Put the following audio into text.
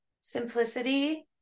simplicity